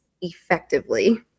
effectively